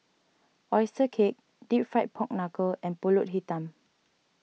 Oyster Cake Deep Fried Pork Knuckle and Pulut Hitam